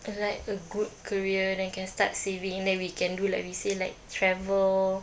uh like a good career and then can start saving and then we can do like we say like travel